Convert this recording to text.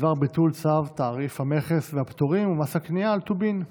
בדבר ביטול צו תעריף המכס והפטורים ומס הקנייה על טובין.